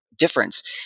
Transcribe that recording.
difference